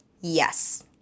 Yes